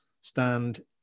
stand